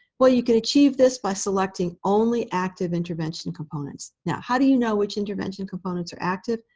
well, you can achieve this by selecting only active intervention components. now, how do you know which intervention components are active?